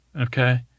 Okay